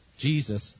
Jesus